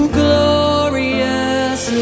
glorious